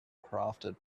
crafted